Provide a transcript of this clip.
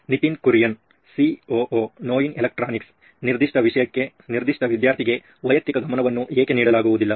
Nitin Kurian COO ನೋಯಿನ್ electronics ನಿರ್ದಿಷ್ಟ ವಿದ್ಯಾರ್ಥಿಗೆ ವೈಯಕ್ತಿಕ ಗಮನವನ್ನು ಏಕೆ ನೀಡಲಾಗುವುದಿಲ್ಲ